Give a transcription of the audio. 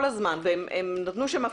הם נתנו שם דוגמאות.